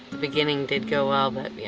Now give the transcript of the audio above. beginning did go well but yeah,